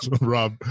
Rob